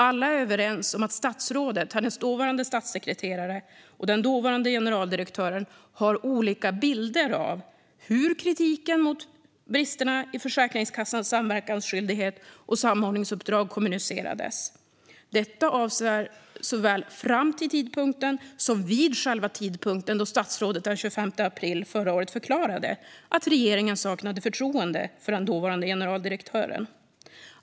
Alla är överens om att statsrådet, hennes dåvarande statssekreterare och den dåvarande generaldirektören har olika bilder av hur kritiken mot bristerna i Försäkringskassans samverkansskyldighet och samordningsuppdrag kommunicerades. Detta avser såväl tiden fram till som själva tidpunkten den 25 april förra året då statsrådet förklarade att regeringen saknade förtroende för den dåvarande generaldirektören.